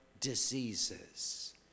diseases